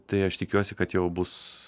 tai aš tikiuosi kad jau bus